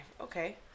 okay